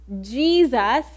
Jesus